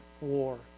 war